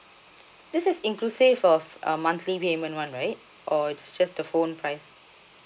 this is inclusive of uh monthly payment one right or it's just the phone price